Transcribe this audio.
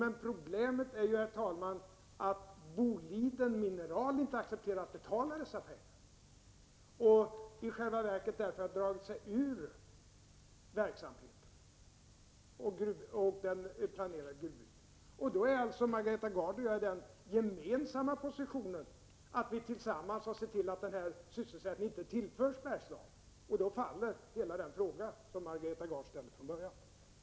Men problemet är ju att Boliden Mineral inte accepterar att betala dessa pengar och i själva verket har dragit sig ur den planerade gruvbrytningen. Då är alltså Margareta Gard och jag gemensamt i den positionen att vi har sett till att den här sysselsättningen inte tillförs Bergslagen. Därmed faller hela den fråga som Margareta Gard från början ställde.